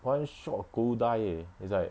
one shot go die eh is like